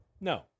no